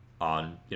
on